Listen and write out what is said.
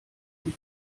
sie